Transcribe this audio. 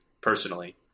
personally